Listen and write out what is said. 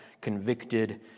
convicted